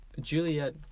Juliet